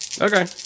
Okay